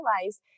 realize